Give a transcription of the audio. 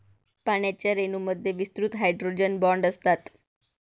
पाण्याच्या रेणूंमध्ये विस्तृत हायड्रोजन बॉण्ड असतात